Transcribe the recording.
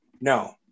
No